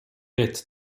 rätt